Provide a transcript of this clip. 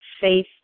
faith